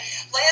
Land